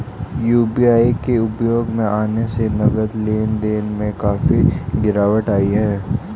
UPI के उपयोग में आने से नगद लेन देन में काफी गिरावट आई हैं